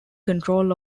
control